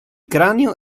cranio